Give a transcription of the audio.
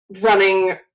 running